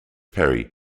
parry